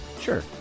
Sure